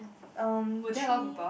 um three